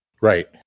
Right